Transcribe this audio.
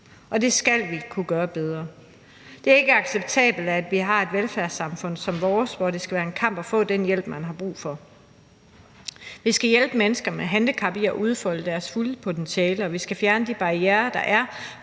Det skal vi kunne gøre bedre. Det er ikke acceptabelt, at vi har et velfærdssamfund som vores, hvor det skal være en kamp at få den hjælp, man har brug for. Vi skal hjælpe mennesker med handicap til at udfolde deres fulde potentiale, og vi skal fjerne de barrierer, der er